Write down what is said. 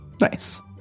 Nice